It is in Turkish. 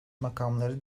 makamları